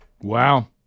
Wow